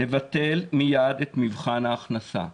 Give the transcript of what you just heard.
לבטל מיד את מבחן ההכנסה.